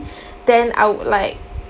then I would like